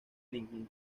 ningún